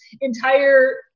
entire